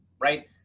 right